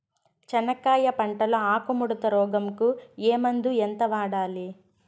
చెనక్కాయ పంట లో ఆకు ముడత రోగం కు ఏ మందు ఎంత వాడాలి?